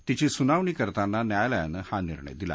तिची सुनावणी करताना न्यायालयानं हा निर्णय दिला